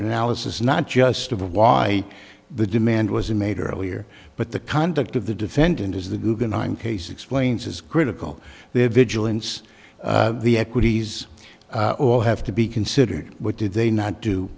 analysis not just of why the demand was made earlier but the conduct of the defendant as the guggenheim case explains is critical their vigilance the equities all have to be considered what did they not do